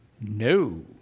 No